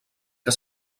que